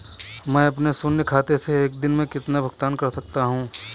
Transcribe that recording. मैं अपने शून्य खाते से एक दिन में कितना भुगतान कर सकता हूँ?